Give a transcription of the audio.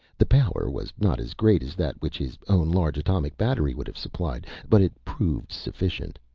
the power was not as great as that which his own large atomic battery would have supplied. but it proved sufficient.